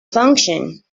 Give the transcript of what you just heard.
function